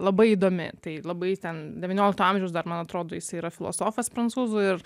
labai įdomi tai labai ten devyniolikto amžiaus dar man atrodo jis yra filosofas prancūzų ir